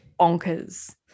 Bonkers